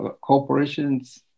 corporations